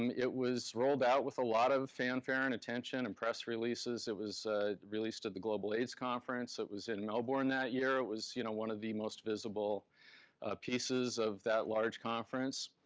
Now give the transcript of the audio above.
um it was rolled out with a lot of fanfare and attention and press releases. it was released to the global aids conference. it was in melbourne that year. it was you know one of the most visible pieces of that large conference.